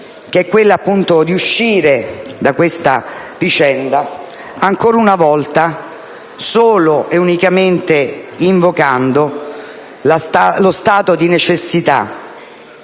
avete scelto la strada di uscire da questa vicenda, ancora una volta, solo e unicamente invocando lo stato di necessità